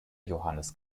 johannes